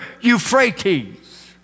Euphrates